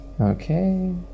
Okay